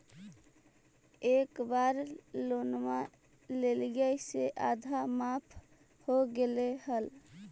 एक बार लोनवा लेलियै से आधा माफ हो गेले हल?